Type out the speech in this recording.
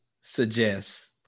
suggests